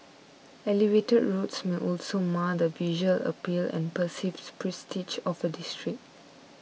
elevated roads may also mar the visual appeal and perceived prestige of a district